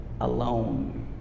alone